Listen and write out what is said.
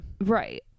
Right